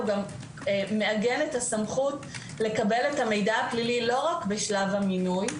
הוא מעגן את הסמכות לקבל את המידע הפלילי לא רק בשלב המינוי,